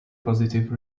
positive